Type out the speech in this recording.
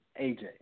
AJ